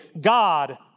God